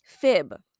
Fib